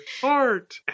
Heart